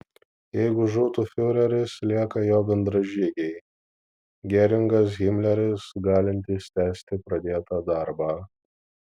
jeigu žūtų fiureris lieka jo bendražygiai geringas himleris galintys tęsti pradėtą darbą